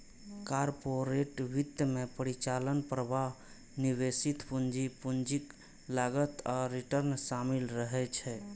corporate वित्त मे परिचालन प्रवाह, निवेशित पूंजी, पूंजीक लागत आ रिटर्न शामिल रहै छै